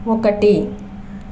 ఒకటి